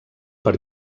per